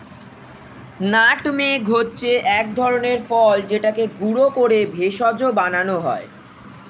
nutmeg হচ্ছে এক ধরনের ফল যেটাকে গুঁড়ো করে ভেষজ বানানো হয়